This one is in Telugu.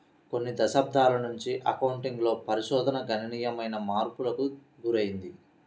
కొన్ని దశాబ్దాల నుంచి అకౌంటింగ్ లో పరిశోధన గణనీయమైన మార్పులకు గురైంది